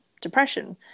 depression